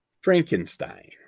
Frankenstein